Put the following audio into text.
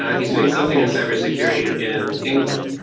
ah he's doing something in cybersecurity in england.